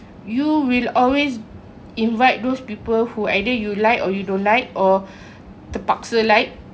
you will always invite those people who either you like or you don't like or terpaksa like